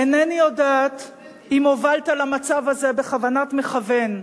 אינני יודעת אם הובלת למצב הזה בכוונת מכוון,